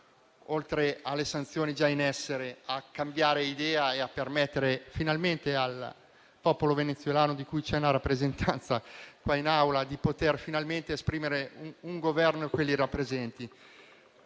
oltre alle sanzioni già in essere - a cambiare idea, per permettere finalmente al popolo venezuelano, di cui c'è una rappresentanza qua in Aula, di esprimere un Governo che lo rappresenti.